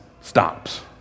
stops